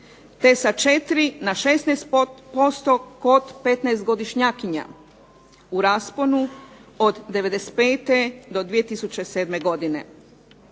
te sa 4 na 16% kod 15-godišnjakinja u rasponu od 95. do 2007. godine.